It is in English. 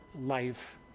life